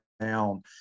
down